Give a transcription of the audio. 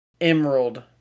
Emerald